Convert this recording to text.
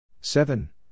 Seven